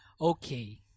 Okay